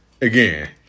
Again